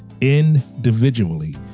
individually